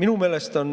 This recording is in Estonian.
minu meelest on